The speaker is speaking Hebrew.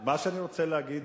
מה שאני רוצה להגיד,